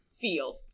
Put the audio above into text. feel